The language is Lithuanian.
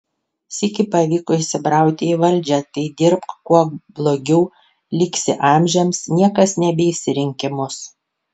sykį pavyko įsibrauti į valdžią tai dirbk kuo blogiau liksi amžiams niekas nebeis į rinkimus